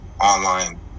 online